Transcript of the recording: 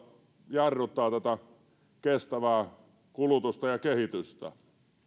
jarruttaa tätä kestävää kulutusta ja kehitystä